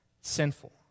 sinful